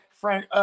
Frank